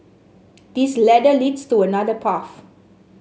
this ladder leads to another path